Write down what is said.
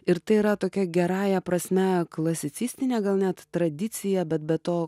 ir tai yra tokia gerąja prasme klasicistinė gal net tradicija bet be to